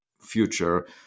future